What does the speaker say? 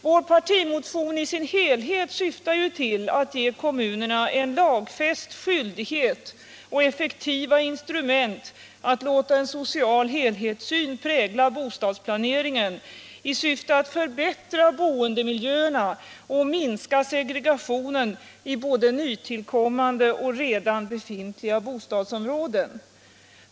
Vår partimotion i sin helhet syftar ju till att ge kommunerna en lagfäst skyldighet och effektiva instrument att låta en social helhetssyn prägla bostadsplaneringen i syfte att förbättra boendemiljöerna och minska segregationen i både nytillkommande och redan befintliga bostadsområden.